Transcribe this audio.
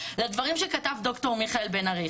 לדברים שכתב ד"ר מיכאל בן ארי,